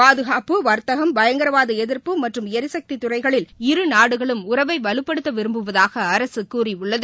பாதுகாப்பு வர்த்தகம் பயங்கரவாதஎதிர்ப்பு மற்றும் ளிசகதிதுறைகளில் இரு நாடுகளும் உறவைவலுப்படுத்தவிரும்புவதாகஅரசுகூறியுள்ளது